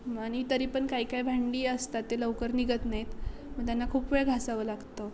आणि तरी पण काही काय भांडी असतात ते लवकर निघत नाहीत मग त्यांना खूप वेळ घासावं लागतं